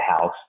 house